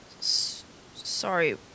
sorry